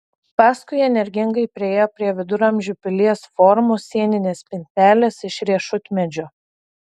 paskui energingai priėjo prie viduramžių pilies formos sieninės spintelės iš riešutmedžio